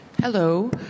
Hello